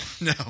no